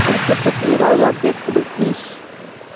cricket பற்றி ஏதாவது update கொடு பிளீஸ்